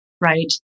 right